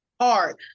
hard